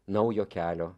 naujo kelio